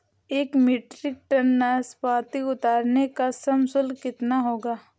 एक metric tonne नाशपाती उतारने का श्रम शुल्क कितना होगा?